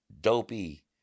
Dopey